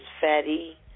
fatty